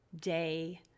day